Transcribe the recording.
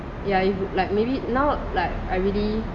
ya if you like maybe now like I really